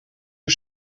uur